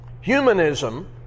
Humanism